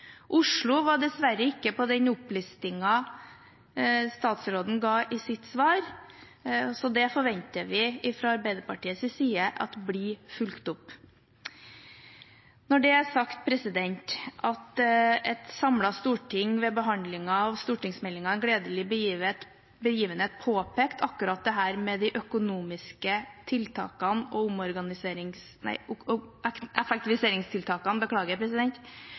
Oslo var dessverre ikke på den opplistingen statsråden ga i sitt svar, og det forventer vi fra Arbeiderpartiets side at blir fulgt opp. Når et samlet storting ved behandlingen av stortingsmeldingen En gledelig begivenhet påpekte akkurat dette med at de økonomiske tiltakene og effektiviseringstiltakene og